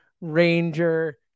ranger